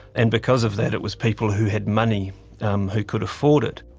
and because of that it was people who had money um who could afford it.